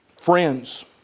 friends